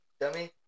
Dummy